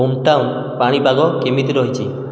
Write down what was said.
home town ପାଣିପାଗ କେମିତି ରହିଛି